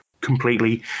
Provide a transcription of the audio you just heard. completely